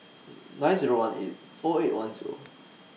nine Zero one eight four eight one Zero